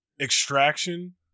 extraction